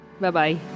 bye-bye